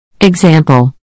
Example